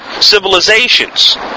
civilizations